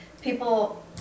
people